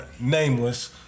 nameless